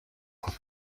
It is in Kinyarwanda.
koffi